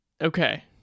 Okay